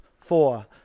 four